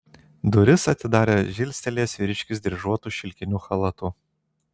duris atidarė žilstelėjęs vyriškis dryžuotu šilkiniu chalatu